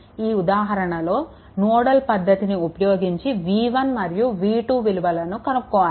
ఈ ఉదాహరణలో నోడల్ పద్ధతిని ఉపయోగించి v1 మరియు v2 విలువలను కనుక్కోవాలి